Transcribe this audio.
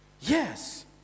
Yes